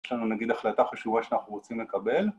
‫יש לנו נגיד החלטה חשובה ‫שאנחנו רוצים לקבל.